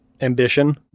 ambition